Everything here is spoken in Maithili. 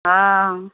हँ